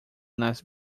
nas